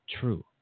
true